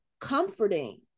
comforting